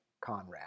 Conrad